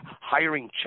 hiring